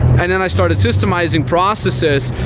and then i started systemizing processes,